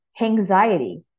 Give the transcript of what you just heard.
anxiety